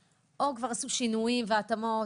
ז' בסיוון התשפ"ב,